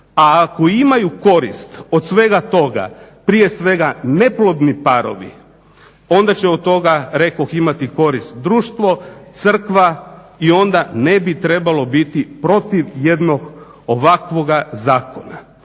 A ako imaju korist od svega toga, prije svega neplodni parovi, onda će od toga, rekoh imati korist društvo, crkva i onda ne bi trebalo biti protiv jednog ovakvoga zakona.